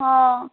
ହଁ